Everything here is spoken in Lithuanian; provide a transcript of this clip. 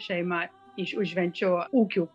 šeima iš užvenčio ūkių